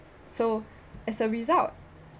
so as a result